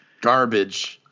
garbage